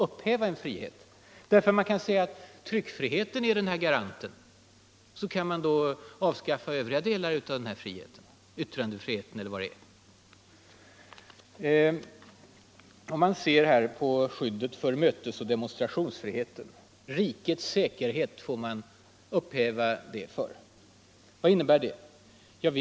Man kan nämligen säga att tryckfriheten är garanten och avskaffa övriga delar av denna frihet, yttrandefriheten eller vad det kan vara. Mötesoch demonstrationsfriketen kan upphävas för ”rikets säkerhet”. Vad innebär det?